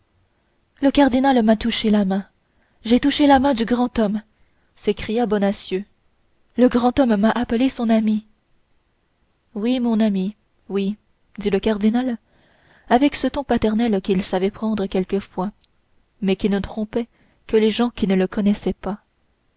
le cardinal m'a touché la main j'ai touché la main du grand homme s'écria bonacieux le grand homme m'a appelé son ami oui mon ami oui dit le cardinal avec ce ton paterne qu'il savait prendre quelquefois mais qui ne trompait que les gens qui ne le connaissaient pas